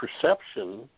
perception